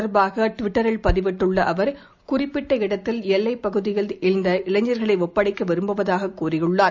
தொடர்பாகட்விட்டரில் பதிவிட்டுள்ளஅவர் குறிப்பிட்ட இடத்தில் எல்லைப்பகுதியில் அந்த இது இளைஞர்களைஒப்படைக்கவிருப்பதாககூறியுள்ளார்